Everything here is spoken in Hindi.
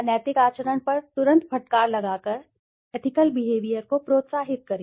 अनैतिक आचरण पर तुरंत फटकार लगाकर एथिकल बिहेवियर को प्रोत्साहित करें